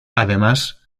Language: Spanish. además